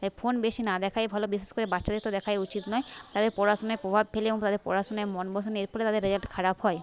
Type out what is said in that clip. তাই ফোন বেশি না দেখাই ভালো বিশেষ করে বাচ্চাদের তো দেখাই উচিত নয় তাদের পড়াশোনায় প্রভাব ফেলে এবং তাদের পড়াশোনায় মন বসে না এর ফলে তাদের রেজাল্ট খারাপ হয়